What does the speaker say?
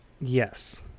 yes